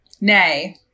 Nay